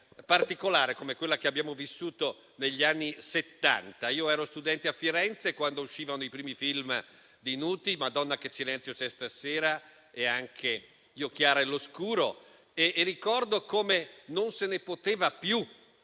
particolare come quella che abbiamo vissuto negli anni Settanta. Io ero studente a Firenze quando uscirono i primi film di Nuti, «Madonna che silenzio c'è stasera» e anche «Io, Chiara e lo Scuro» e ricordo come non se ne potesse più